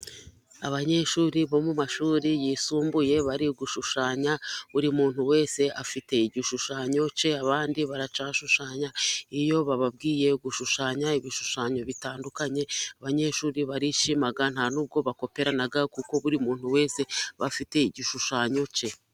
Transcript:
Abanyeshuri bo mu mashuri yisumbuye bari gushushanya, buri muntu wese afite igishushanyo cye abandi baracyashushanya, iyo bababwiye gushushanya ibishushanyo bitandukanye abanyeshuri barishima nta nubwo bakoperana, kuko buri muntu wese afite igishushanyo cye.